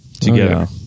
together